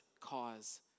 cause